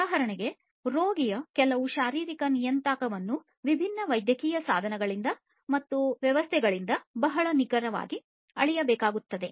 ಉದಾಹರಣೆಗೆ ರೋಗಿಯ ಕೆಲವು ಶಾರೀರಿಕ ನಿಯತಾಂಕವನ್ನು ವಿಭಿನ್ನ ವೈದ್ಯಕೀಯ ಸಾಧನಗಳಿಂದ ಮತ್ತು ವ್ಯವಸ್ಥೆಗಳಿಂದ ಬಹಳ ನಿಖರವಾಗಿ ಅಳೆಯಬೇಕಾಗುತ್ತದೆ